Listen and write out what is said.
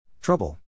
Trouble